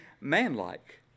manlike